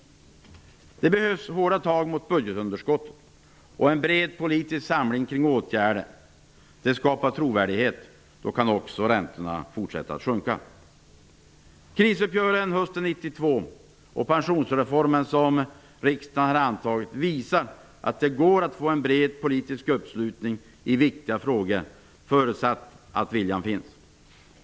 Det behövs hårda tag mot budgetunderskottet och en bred politisk samling kring åtgärder. Det skapar trovärdighet. Då kan också räntorna fortsätta att sjunka. Krisuppgörelsen hösten 1992 och pensionsreformen som riksdagen har antagit visar att det går att få en bred politisk uppslutning i viktiga frågor -- förutsatt att viljan finns.